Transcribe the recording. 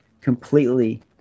completely